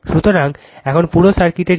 সুতরাং এখন পুরো সার্কিটের Q হবে Lω 0 R